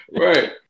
Right